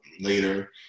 later